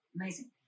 Amazing